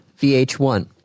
VH1